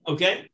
Okay